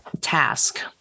task